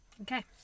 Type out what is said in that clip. Okay